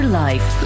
life